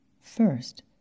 First